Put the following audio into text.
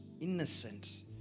Innocent